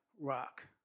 rock